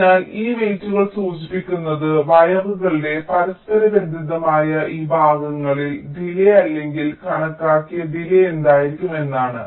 അതിനാൽ ഈ വെയ്റ്റുകൾ സൂചിപ്പിക്കുന്നത് വയറുകളുടെ പരസ്പരബന്ധിതമായ ഈ ഭാഗങ്ങളിൽ ഡിലേയ്യ് അല്ലെങ്കിൽ കണക്കാക്കിയ ഡിലേയ്യ് എന്തായിരിക്കും എന്നാണ്